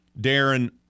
Darren